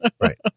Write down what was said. right